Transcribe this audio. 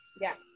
Yes